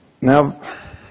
Now